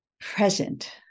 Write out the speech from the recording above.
present